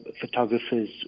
photographers